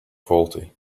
faulty